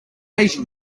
asian